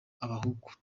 abahutu